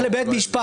בוא נלך לבית משפט,